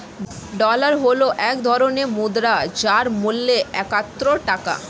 dollar হল এক ধরনের মুদ্রা যার মূল্য একাত্তর টাকা